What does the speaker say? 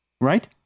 right